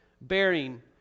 bearing